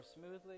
smoothly